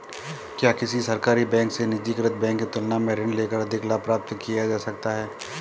क्या किसी सरकारी बैंक से निजीकृत बैंक की तुलना में ऋण लेकर अधिक लाभ प्राप्त किया जा सकता है?